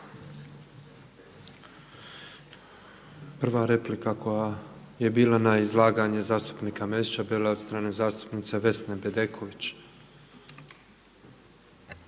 Prva replika koja je bila na izlaganje zastupnika Mesića bila je od strane zastupnice Vesne Bedeković.